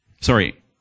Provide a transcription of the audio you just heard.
sorry